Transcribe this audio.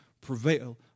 prevail